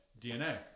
DNA